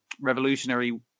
revolutionary